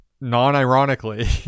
non-ironically